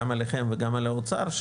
גם עליכם וגם על האוצר,